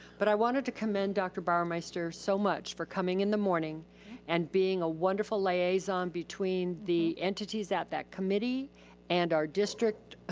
but i wanted to commend dr. bauermeister so much for coming in the morning and being ah wonderful liaison between the entities at that committee and our district.